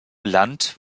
blunt